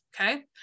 okay